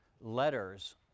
letters